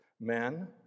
Men